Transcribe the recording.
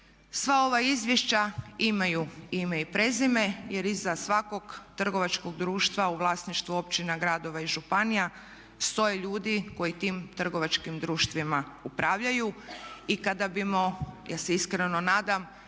Sva ova izvješća imaju ime i prezime jer iza svakog trgovačkog društva u vlasništvu općina, gradova i županija stoje ljudi koji tim trgovačkim društvima upravljaju. I kada bimo ja se iskreno nadam